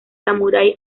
samurái